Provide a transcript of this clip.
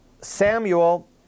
Samuel